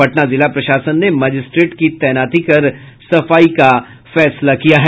पटना जिला प्रशासन ने मजिस्ट्रेट की तैनाती कर सफाई का फैसला किया है